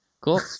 cool